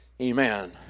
Amen